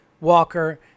Walker